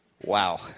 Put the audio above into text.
Wow